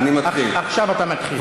עכשיו אתה מתחיל.